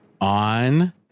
on